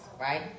right